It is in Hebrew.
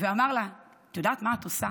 ואמר לה: את יודעת מה את עושה?